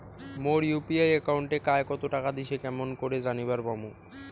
মোর UPI একাউন্টে কায় কতো টাকা দিসে কেমন করে জানিবার পামু?